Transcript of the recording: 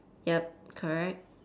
yup correct